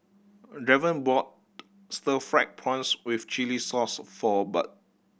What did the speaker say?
Draven bought stir fried prawns with chili sauce for Barb